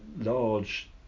large